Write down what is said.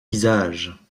visage